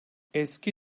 eski